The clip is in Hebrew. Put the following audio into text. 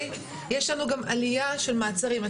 יש לנו גם עלייה של מעצרים.